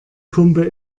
pumpe